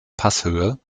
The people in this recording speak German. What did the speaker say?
passhöhe